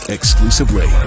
Exclusively